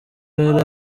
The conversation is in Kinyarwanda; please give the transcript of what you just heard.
yari